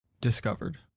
discovered